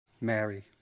Mary